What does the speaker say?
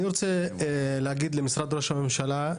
אני רוצה להגיד למשרד ראש הממשלה.